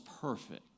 perfect